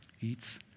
eats